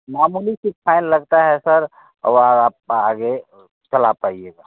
मामूली सी फाइन लगता है सर औ आप आगे कल आप आइएगा